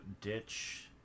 ditch